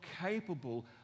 capable